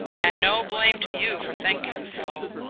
and no blame to you for thinking so.